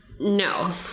no